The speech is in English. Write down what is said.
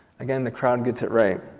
again the crowd gets it right